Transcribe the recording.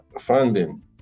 funding